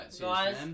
guys